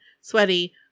sweaty